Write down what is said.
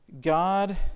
God